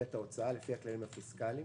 במגבלת ההוצאה לפי הכללים הפיסקליים.